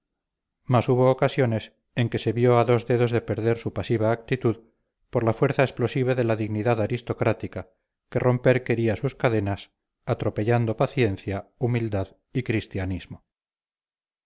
mas hubo ocasiones en que se vio a dos dedos de perder su pasiva actitud por la fuerza explosiva de la dignidad aristocrática que romper quería sus cadenas atropellando paciencia humildad y cristianismo